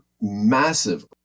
massive